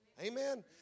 Amen